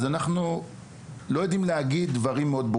אז אנחנו לא יודעים להגיד דברים בצורה